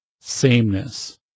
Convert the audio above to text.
sameness